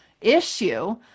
issue